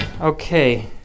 Okay